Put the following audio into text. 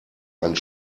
einen